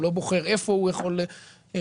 הוא לא בוחר איפה הוא יכול לרכוש.